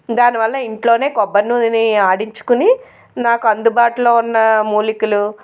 దానివల్ల ఇంట్లోనే కొబ్బరి నూనె ఆడించుకుని నాకు అందుబాటులో ఉన్న మూలికలు